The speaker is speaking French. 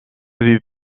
vue